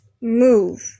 move